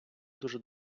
дуже